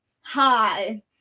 hi